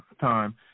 time